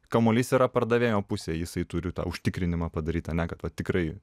kamuolys yra pardavėjo pusėj jisai turi tą užtikrinimą padaryt ane kad va tikrai